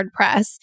WordPress